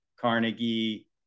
Carnegie